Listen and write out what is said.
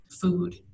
food